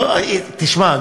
תשמע,